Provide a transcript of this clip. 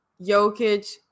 Jokic